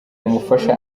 umufasha